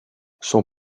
son